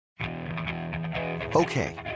Okay